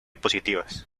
positivas